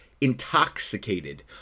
intoxicated